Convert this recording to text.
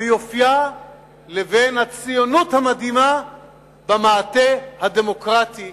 ויופיה לבין הציונות המדהימה במעטה הדמוקרטי,